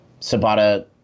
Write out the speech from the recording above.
Sabata